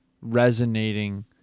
resonating